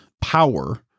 power